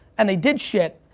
and they did shit.